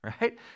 right